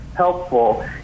helpful